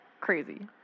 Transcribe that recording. crazy